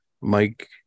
Mike